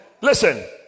listen